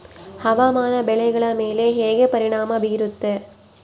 ಹವಾಮಾನ ಬೆಳೆಗಳ ಮೇಲೆ ಹೇಗೆ ಪರಿಣಾಮ ಬೇರುತ್ತೆ?